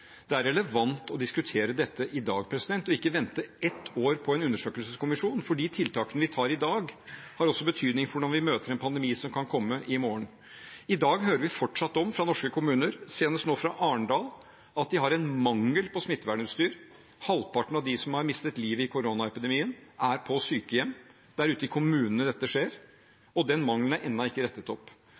Det er relevant å diskutere dette i dag og ikke vente ett år på en undersøkelseskommisjon, fordi tiltakene vi gjør i dag, har også betydning for hvordan vi møter en pandemi som kan komme i morgen. I dag hører vi fortsatt fra norske kommuner – nå senest fra Arendal – at de har en mangel på smittevernutstyr. Halvparten av dem som har mistet livet i koronaepidemien, er på sykehjem. Det er ute i kommunene dette skjer, og den mangelen er ennå ikke rettet opp.